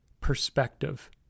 perspective